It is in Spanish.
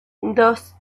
dos